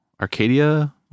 Arcadia